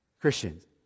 Christians